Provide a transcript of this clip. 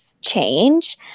change